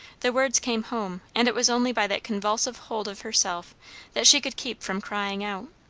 the words came home and it was only by that convulsive hold of herself that she could keep from crying out.